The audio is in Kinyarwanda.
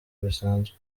bisanzwe